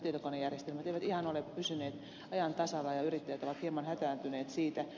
tietokonejärjestelmät eivät ihan ole pysyneet ajan tasalla ja yrittäjät ovat hieman hätääntyneet siitä